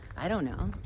i don't know.